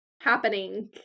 happening